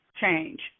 change